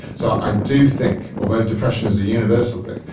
so i do think, although depression is a universal thing,